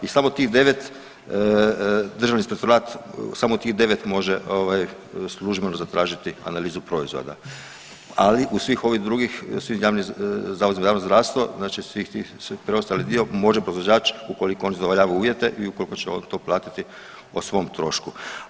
I samo tih 9 Državni inspektorat, samo tih 9 može ovaj službeno zatražiti analizu proizvoda, ali u svih ovih drugih svi zavod za javno zdravstvo, znači svih tih preostali dio može proizvođač ukoliko on zadovoljava uvjete ili ukoliko će on to platiti o svom trošku.